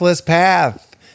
path